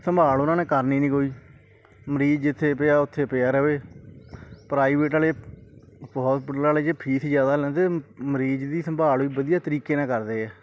ਸੰਭਾਲ ਉਹਨਾਂ ਨੇ ਕਰਨੀ ਨਹੀਂ ਕੋਈ ਮਰੀਜ਼ ਜਿੱਥੇ ਪਿਆ ਉੱਥੇ ਪਿਆ ਰਹੇ ਪ੍ਰਾਈਵੇਟ ਵਾਲੇ ਬਹੁਤ ਵਾਲੇ ਜੇ ਫੀਸ ਜ਼ਿਆਦਾ ਲੈਂਦੇ ਮਰੀਜ਼ ਦੀ ਸੰਭਾਲ ਵੀ ਵਧੀਆ ਤਰੀਕੇ ਨਾਲ ਕਰਦੇ ਆ